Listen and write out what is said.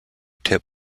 tip